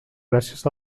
gràcies